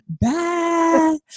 Bye